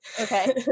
Okay